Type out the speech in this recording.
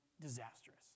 disastrous